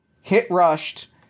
hit-rushed